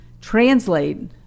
translate